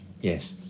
Yes